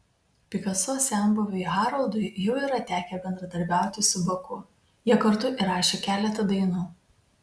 pikaso senbuviui haroldui jau yra tekę bendradarbiauti su baku jie kartu įrašė keletą dainų